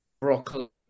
Broccoli